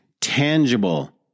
tangible